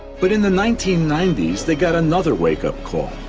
but in the nineteen ninety s, they got another wake-up call.